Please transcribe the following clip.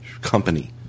company